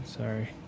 Sorry